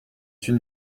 une